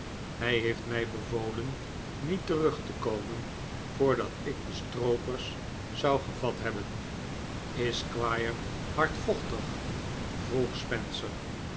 hij heeft mij bevolen niet terug te komen voor dat ik de stroopers zou gevat hebben is de squire hardvochtig vroeg spencer